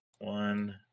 One